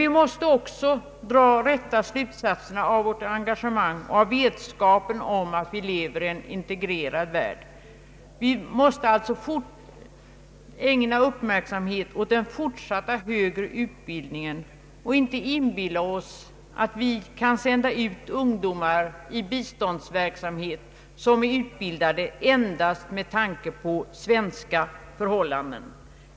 Vi måste också dra de rätta slutsatserna av vårt engagemang och av vetskapen om att vi lever i en integrerad värld. Vi måste alltså ägna uppmärksamhet åt den fortsatta högre utbildningen och inte inbilla oss att vi kan sända ut ungdomar i biståndsverksamhet, som är utbildade endast med tanke på svenska förhållanden.